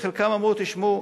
וחלקם אמרו: תשמעו,